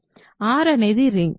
R అనేది ring